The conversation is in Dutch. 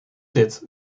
dit